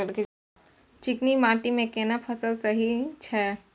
चिकनी माटी मे केना फसल सही छै?